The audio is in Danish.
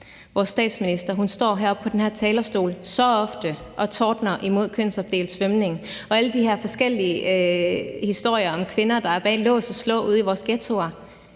Vores statsminister står så ofte heroppe på den her talerstol og tordner imod kønsopdelt svømning og alle de her forskellige historier om kvinder, der er bag lås og slå ude i vores ghettoer,